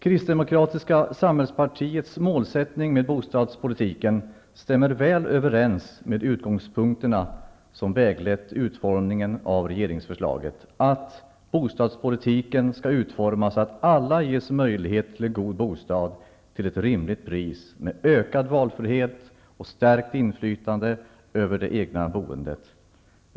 Kristdemokratiska samhällspartiets målsättning med bostadspolitiken stämmer väl överens med de utgångspunkter som väglett vid utformningen av regeringsförslaget, nämligen att bostadspolitiken skall utformas så, att alla ges möjlighet till en god bostad till ett rimligt pris, med ökad valfrihet och stärkt inflytande över det egna boendet.